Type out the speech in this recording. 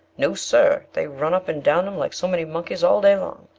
no, sir, they run up and down them like so many monkeys all day long.